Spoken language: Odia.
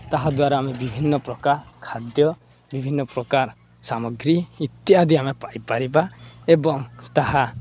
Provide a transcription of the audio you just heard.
ତାହା ଦ୍ୱାରା ଆମେ ବିଭିନ୍ନପ୍ରକାର ଖାଦ୍ୟ ବିଭିନ୍ନପ୍ରକାର ସାମଗ୍ରୀ ଇତ୍ୟାଦି ଆମେ ପାଇପାରିବା ଏବଂ ତାହା